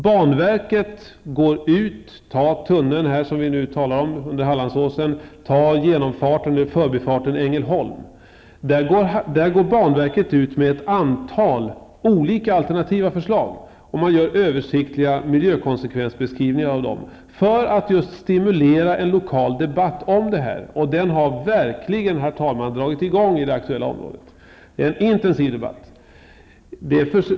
Vad gäller tunneln under Hallandsåsen och förbifarten förbi Ängelholm går banverket ut med ett antal alternativa förslag och gör översiktliga miljökonsekvensbeskrivningar av dessa för att stimulera en lokal debatt i dessa frågor. Den har också verkligen, herr talman, kommit i gång inom det aktuella området. Det förs en intensiv debatt.